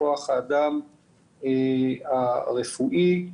כוח-האדם הרפואי,